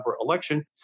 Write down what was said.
election